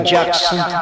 Jackson